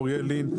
אוריאל לין,